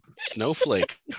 Snowflake